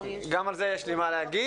גם על זה יש לי מה להגיד.